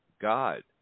God